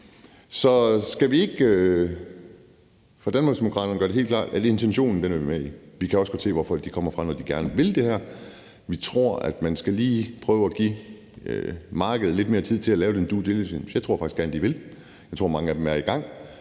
som skatteminister. Fra Danmarksdemokraternes side er vi helt klart med på intentionen. Vi kan også godt se, hvor folk kommer fra, når de gerne vil det her. Vi tror, at man lige skal prøve at give markedet lidt mere tid til at lave den due diligence. Jeg tror faktisk gerne, de vil. Jeg tror, mange af dem er i gang.